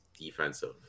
defensive